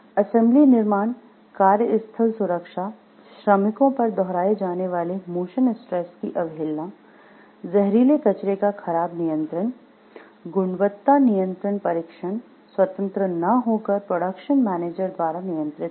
assembly निर्माण कार्यस्थल सुरक्षा श्रमिकों पर दोहराए जाने वाले मोशन स्ट्रेस की अवहेलना जहरीले कचरे का खराब नियंत्रण गुणवत्ता नियंत्रण परीक्षण स्वतंत्र ना होकर प्रोडक्शन मैनेजर द्वारा नियंत्रित होना